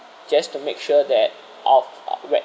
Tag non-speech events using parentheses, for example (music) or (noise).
just to make sure that of (noise) whe~